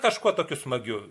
kažkuo tokiu smagiu